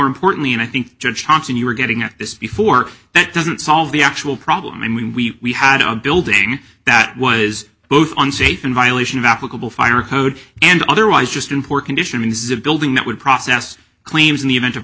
importantly and i think your chance and you were getting at this before that doesn't solve the actual problem and we had a building that was both on state in violation of applicable fire code and otherwise just in poor condition is a building that would process claims in the event of a